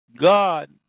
God